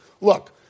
Look